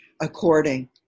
according